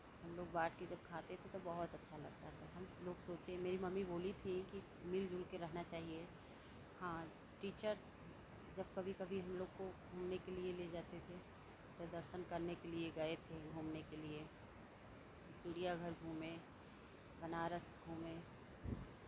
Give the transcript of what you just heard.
हमलोग बांट के जब खाते थे तो बहुत अच्छा लगता था हमलोग सोचे मेरी मम्मी बोली थी कि मिलजुल के रहना चाहिए हाँ टीचर जब कभी कभी हमलोग को घूमने के लिये ले जाते थे तो दर्शन करने के लिये गये थे घूमने के लिये चिड़िया घर घूमे बनारस घूमे